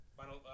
Final